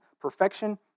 perfection